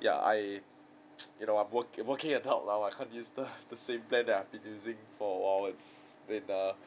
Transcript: ya I you know I work working right now I can't use the the same plan that I've been using for a while it's been err